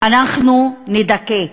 אנחנו נדכא,